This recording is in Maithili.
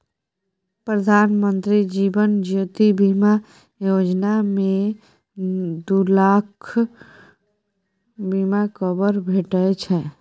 प्रधानमंत्री जीबन ज्योती बीमा योजना मे दु लाखक बीमा कबर भेटै छै